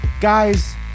Guys